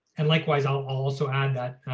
and likewise, i'll also add that,